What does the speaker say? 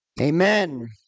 Amen